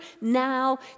now